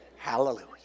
Hallelujah